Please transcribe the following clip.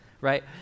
right